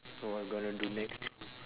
so what we gonna do next